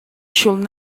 should